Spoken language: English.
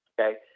okay